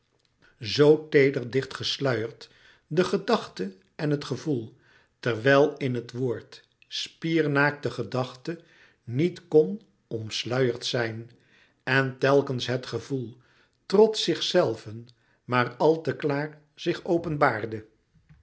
zoo teeder dicht gesluierd de gedachte en het gevoel terwijl in het woord spiernaakt de gedachte niet kon omsluierd zijn en telkens het gevoel trots zichzelven maar al te klaar zich openbaarde